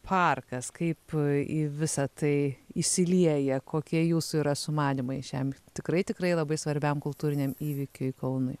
parkas kaip į visa tai įsilieja kokie jūsų yra sumanymai šiam tikrai tikrai labai svarbiam kultūriniam įvykiui kaunui